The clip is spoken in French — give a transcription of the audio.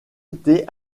été